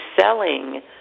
selling